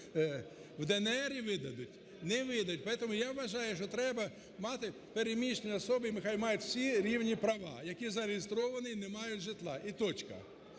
В ДНРі видадуть? Не видадуть. Тому, я вважаю, що треба мати… переміщені особи хай мають всі рівні права, які зареєстровані і не мають житла і крапка.